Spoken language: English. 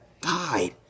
died